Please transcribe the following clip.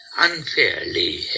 unfairly